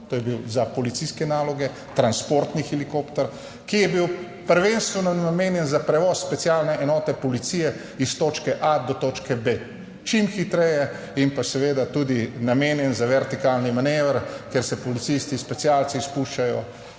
to je bil za policijske naloge. Transportni helikopter, ki je bil prvenstveno namenjen za prevoz specialne enote policije, iz točke A do točke B - čim hitreje in pa seveda tudi namenjen za vertikalni manever, kjer se policisti specialci spuščajo